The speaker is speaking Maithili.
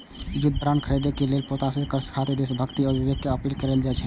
युद्ध बांड खरीदै लेल प्रोत्साहित करय खातिर देशभक्ति आ विवेक के अपील कैल जाइ छै